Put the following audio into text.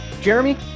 Jeremy